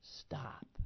stop